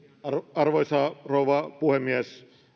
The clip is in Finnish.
arvoisa rouva puhemies